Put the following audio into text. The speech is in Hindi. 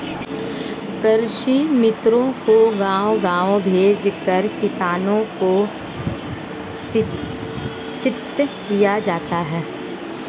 कृषि मित्रों को गाँव गाँव भेजकर किसानों को शिक्षित किया जाता है